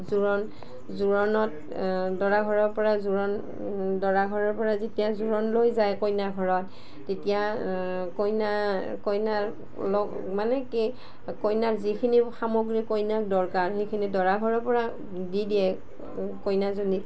জোৰোন জোৰোনত দৰা ঘৰৰ পৰা জোৰোণ দৰা ঘৰৰ পৰা যেতিয়া জোৰোন লৈ যায় কইনা ঘৰত তেতিয়া কইনা কইনাৰ লগ মানে কি কইনাৰ যিখিনি সামগ্ৰী কইনাক দৰকাৰ সেইখিনি দৰা ঘৰৰ পৰা দি দিয়ে কইনাজনীক